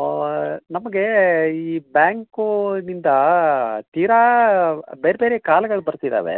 ಓ ನಮಗೆ ಈ ಬ್ಯಾಂಕ್ನಿಂದ ತೀರಾ ಬೇರೆ ಬೇರೆ ಕಾಲ್ಗಳು ಬರ್ತಿದ್ದಾವೆ